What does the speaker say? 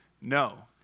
No